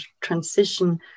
transition